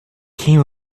came